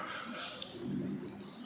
వ్యవసాయంలో e commerce అంటే ఏమిటి?